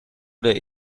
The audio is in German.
oder